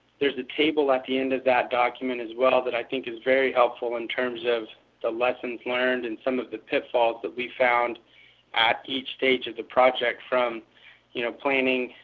there is a table at the and of that document as well, that i think is very helpful in terms of lessons learned and some of the pitfalls that we found at each stage of the project, from you know planning,